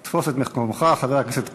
תפוס את מקומך, חבר הכנסת כץ.